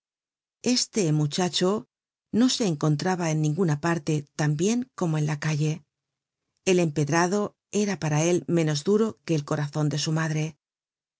este muchacho no se encontraba en ninguna parte tan bien como en la calle el empedrado era para él menos duro que el corazon de su madre